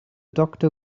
doctor